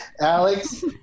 Alex